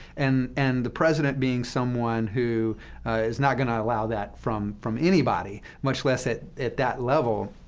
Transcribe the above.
and and the president being someone who is not going to allow that from from anybody, much less at at that level.